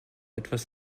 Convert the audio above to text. etwas